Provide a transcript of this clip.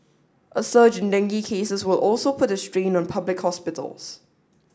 a surge in dengue cases will also put a strain on public hospitals